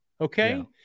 Okay